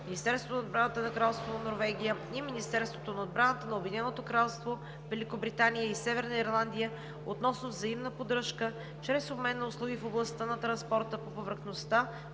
Министерството на отбраната на Кралство Норвегия и Министерството на отбраната на Обединеното кралство Великобритания и Северна Ирландия относно взаимна поддръжка чрез обмен на услуги в областта на транспорта по повърхността